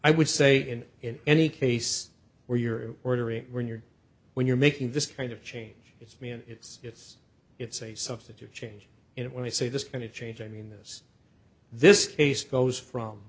i would say and in any case where you're ordering when you're when you're making this kind of change it's me and it's it's it's a substitute change in it when i say this going to change i mean this this case goes from